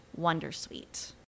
wondersuite